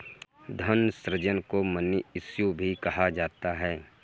धन सृजन को मनी इश्यू भी कहा जाता है